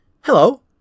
Hello